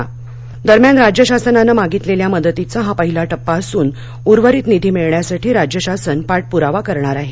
पाटील दरम्यान राज्य शासनानं मागितलेल्या मदतीचा हा पहिला टप्पा असून उर्वरित निधी मिळण्यासाठी राज्य शासन पाठप्रावा करणार आहे